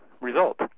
result